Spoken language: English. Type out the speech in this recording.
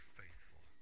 faithful